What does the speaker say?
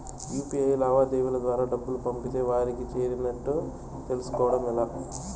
UPI లావాదేవీల ద్వారా డబ్బులు పంపితే వారికి చేరినట్టు తెలుస్కోవడం ఎలా?